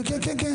כן, כן, כן.